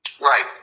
Right